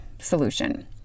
solution